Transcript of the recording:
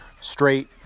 straight